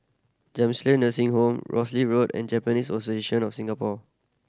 Jamiyah Nursing Home Rosyth Road and Japanese Association of Singapore